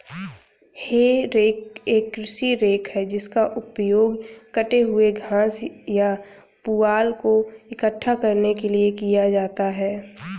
हे rake एक कृषि rake है जिसका उपयोग कटे हुए घास या पुआल को इकट्ठा करने के लिए किया जाता है